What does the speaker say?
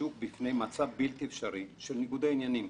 כל מתן האשראי לאותה חברה ניתן בפורום של ועדה מיוחדת.